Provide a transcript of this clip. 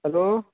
hello